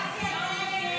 44 בעד, 52 נגד.